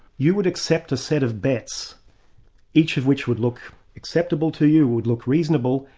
you would accept a set of bets each of which would look acceptable to you, would look reasonable,